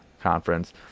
conference